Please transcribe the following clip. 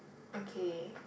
okay